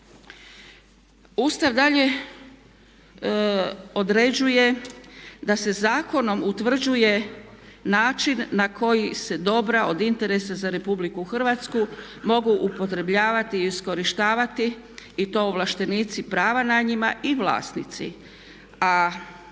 Ustav dalje određuje da se zakonom utvrđuje način na koji se dobra od interesa za RH mogu upotrebljavati i iskorištavati i to ovlaštenici prava na njima i vlasnici.